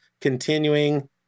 continuing